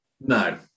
No